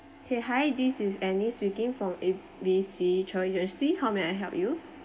K hi this is annie speaking from A B C travel agency how may I help you